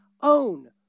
own